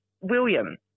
William